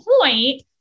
point